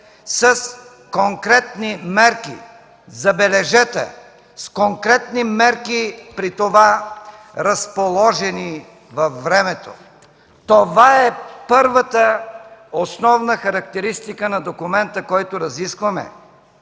с конкретни мерки. Забележете – с конкретни мерки, при това разположени във времето. Това е първата основна характеристика на документа, който разискваме.